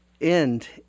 end